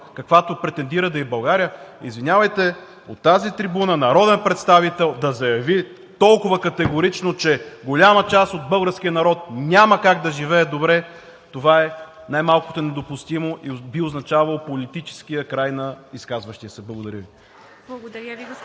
каквато претендира да е България, извинявайте, от тази трибуна народен представител да заяви толкова категорично, че голяма част от българския народ няма как да живее добре, е най-малкото недопустимо и би означавало политическия край на изказващия се. Благодаря Ви.